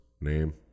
name